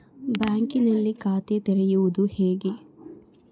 ಬ್ಯಾಂಕಿನಲ್ಲಿ ಖಾತೆ ತೆರೆಯುವುದು ಹೇಗೆ?